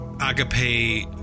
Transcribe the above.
Agape